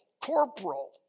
corporal